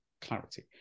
clarity